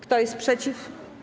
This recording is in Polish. Kto jest przeciw?